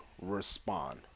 respond